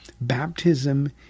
Baptism